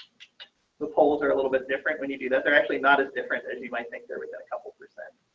the polls are a little bit different when you do that, they're actually not as different as you might think. there was a couple percent